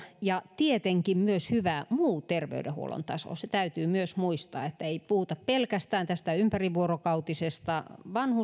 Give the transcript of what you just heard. ja tietenkin myös hyvän muun terveydenhuollon tason se täytyy myös muistaa että ei puhuta pelkästään tästä ympärivuorokautisesta